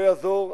לא יעזור,